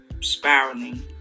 spiraling